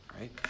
Right